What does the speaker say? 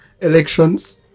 Elections